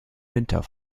winter